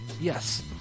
yes